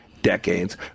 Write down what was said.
Decades